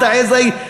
את העז ההיא.